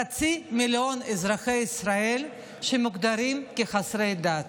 חצי מיליון אזרחי ישראל מוגדרים חסרי דת.